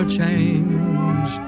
change